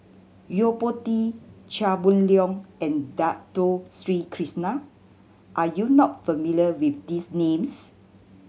Yo Po Tee Chia Boon Leong and Dato Sri Krishna are you not familiar with these names